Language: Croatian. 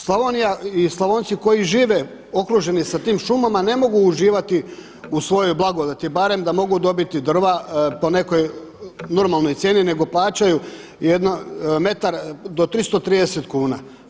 Slavonija, Slavonci koji žive okruženi sa tim šumama ne mogu uživati u svojoj blagodati, barem da mogu dobiti drva po nekoj normalnoj cijeni nego plaćaju jedan metar do 330 kuna.